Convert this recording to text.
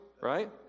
right